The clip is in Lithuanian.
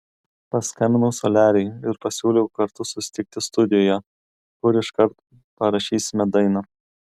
paskambinau soliariui ir pasiūliau kartu susitikti studijoje kur iškart parašysime dainą